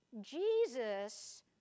Jesus